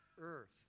earth